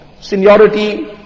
Seniority